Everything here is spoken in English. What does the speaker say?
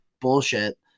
bullshit